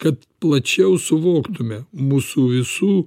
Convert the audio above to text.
kad plačiau suvoktume mūsų visų